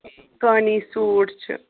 کانی سوٗٹھ چھِ